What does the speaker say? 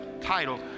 title